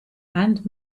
and